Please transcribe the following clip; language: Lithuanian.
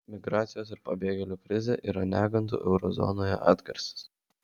migracijos ir pabėgėlių krizė yra negandų euro zonoje atgarsis